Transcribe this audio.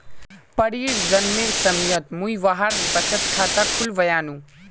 परीर जन्मेर समयत मुई वहार बचत खाता खुलवैयानु